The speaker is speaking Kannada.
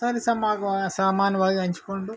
ಸರಿಸಮ್ವಾಗ ಸಮಾನ್ವಾಗ ಹಂಚ್ಕೊಂಡು